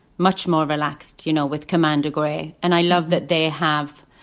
much more relaxed, you know, with commander grey. and i love that they have